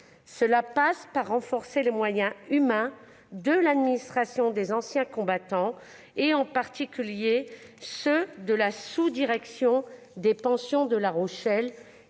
passe par le renforcement des moyens humains de l'administration des anciens combattants, et en particulier ceux de la sous-direction des pensions, située à La Rochelle,